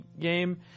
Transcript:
game